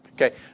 Okay